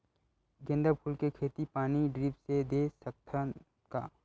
गेंदा फूल के खेती पानी ड्रिप से दे सकथ का?